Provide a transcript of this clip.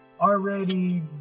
already